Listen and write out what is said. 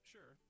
Sure